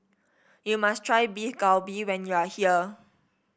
you must try Beef Galbi when you are here